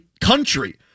country